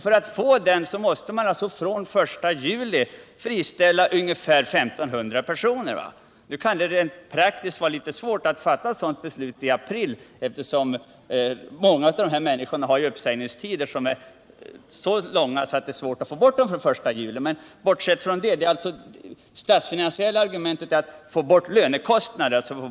För att få den besparingen måste man alltså från I juli friställa ungefär 1 500 personer. Nu kan det rent praktiskt vara litet svårt att fatta ett sådant beslut i april, eftersom många av de människor det gäller har uppsägningstider som är så långa att det är svårt att få bort dem från den 1 juli. Men bortsett från det är alltså det statsfinansiella argumentet att man skall få bort lönekostnader.